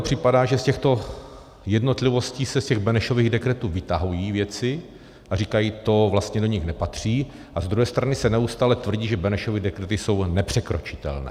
Připadá mi, že z těchto jednotlivostí se z těch Benešových dekretů vytahují věci a říkají: to vlastně do nich nepatří, a z druhé strany se neustále tvrdí, že Benešovy dekrety jsou nepřekročitelné.